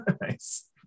Nice